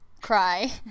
cry